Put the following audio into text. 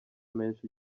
menshi